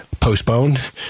postponed